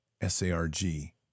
S-A-R-G